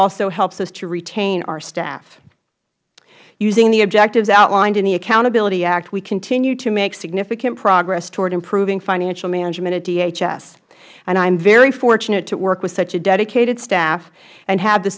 also helps us to retain our staff using the objectives outlined in the accountability act we continue to make significant progress toward improving financial management at dhs and i am very fortunate to work with such a dedicated staff and have the